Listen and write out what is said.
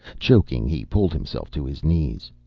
choking, he pulled himself to his knees.